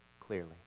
clearly